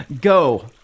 Go